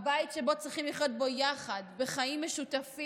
הבית שבו צריכים לחיות יחד, בחיים משותפים,